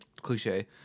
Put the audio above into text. cliche